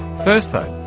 first though,